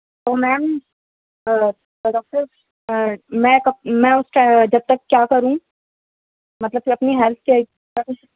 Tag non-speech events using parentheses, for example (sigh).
تو میم تو ڈاکٹر میں کب میں اس ٹائم جب تک کیا کروں مطلب کہ اپنی ہیلتھ کے (unintelligible)